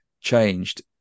changed